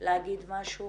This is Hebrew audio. להגיד משהו,